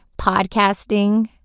podcasting